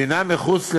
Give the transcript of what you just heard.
מדינה מחוץ לפולין,